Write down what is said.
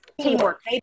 Teamwork